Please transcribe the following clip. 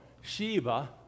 Sheba